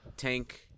Tank